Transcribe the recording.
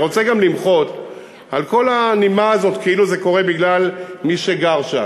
אני רוצה גם למחות על כל הנימה הזאת כאילו זה קורה בגלל מי שגר שם.